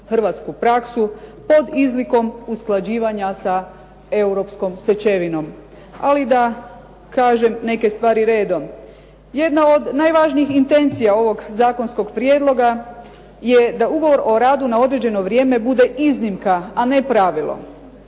hrvatsku praksu pod izlikom usklađivanja sa europskom stečevinom. Ali da kažem neke stvari redom. Jedna od najvažnijih intencija ovog zakonskog prijedloga je da ugovor o radu na određeno vrijeme bude iznimka, a ne pravilo.